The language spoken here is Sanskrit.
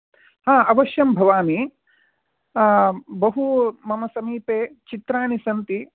हा अवश्यं भवामि बहु मम समीपे चित्राणि सन्ति